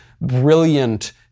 brilliant